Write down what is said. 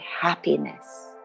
happiness